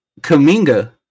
Kaminga